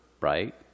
right